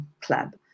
club